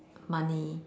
money